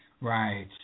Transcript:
Right